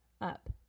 up